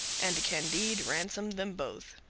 and candide ransomed them both.